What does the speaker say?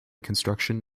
construction